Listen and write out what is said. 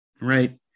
right